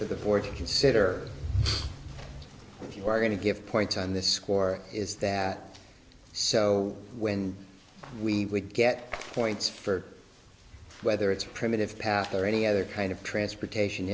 for the board to consider if you are going to give points on this score is that so when we get points for whether it's a primitive past or any other kind of transportation